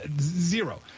zero